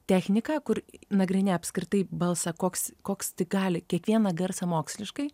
technika kur nagrinėja apskritai balsą koks koks tik gali kiekvieną garsą moksliškai